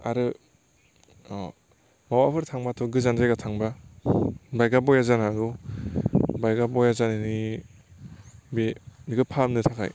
आरो बहाबाफोर थांबाथ' गोजान जायगा थांबा बाइक आ बया जानो हागौ बाइक आ बया जानायनि बे बेखौ फाहामनो थाखाय